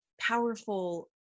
powerful